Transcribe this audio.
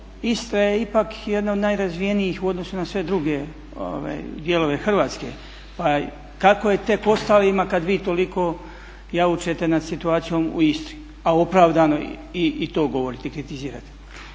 Istra je ipak jedna od najrazvijenijih u odnosu na sve druge dijelove Hrvatske. Pa kako je tek ostalima kad vi toliko jaučete nad situacijom u Istri? A opravdano je i to govoriti i kritizirati.